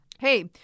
hey